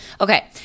Okay